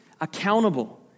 accountable